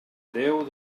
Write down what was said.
déu